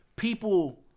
People